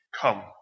Come